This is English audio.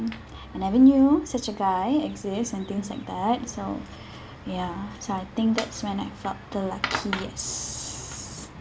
I never such a guy exists and things like that so ya so I think that's when I felt the luckiest